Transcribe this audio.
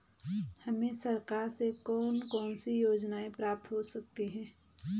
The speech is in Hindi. हमें सरकार से कौन कौनसी योजनाएँ प्राप्त हो सकती हैं?